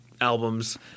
albums